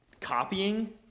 copying